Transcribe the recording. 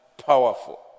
Powerful